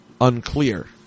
unclear